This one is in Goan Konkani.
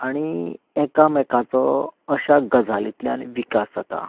आनी एकामेकांचो अशा गजालींतल्यान विकास जाता